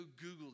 Google